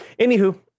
anywho